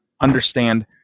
understand